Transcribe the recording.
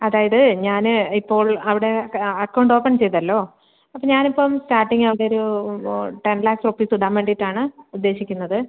അതായത് ഞാൻ ഇപ്പോൾ അവിടെ അക്കൗണ്ട് ഓപ്പൺ ചെയ്തല്ലോ അപ്പോൾ ഞാൻ ഇപ്പം സ്റ്റാർട്ടിംഗ് അവിടെ ഒരു ടെൻ ലാക്ക് റുപ്പീസ് ഇടാൻ വേണ്ടിയിട്ടാണ് ഉദ്ദേശിക്കുന്നത്